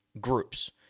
groups